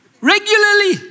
regularly